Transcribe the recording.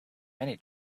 many